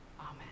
Amen